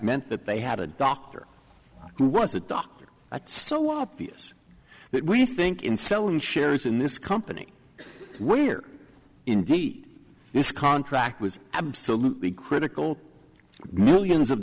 meant that they had a doctor who was a doctor that's so obvious that we think in selling shares in this company where indeed this contract was absolutely critical millions of